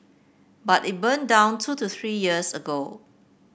but it burned down two to three years ago